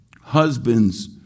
husbands